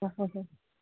ꯍꯣꯏ ꯍꯣꯏ ꯍꯣꯏ